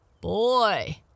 Boy